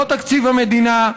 לא תקציב המדינה,